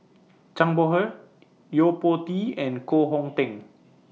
Zhang Bohe Yo Po Tee and Koh Hong Teng